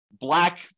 black